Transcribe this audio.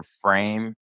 frame